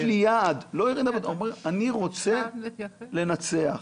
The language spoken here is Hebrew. אני רוצה לנצח.